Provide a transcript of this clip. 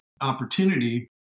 opportunity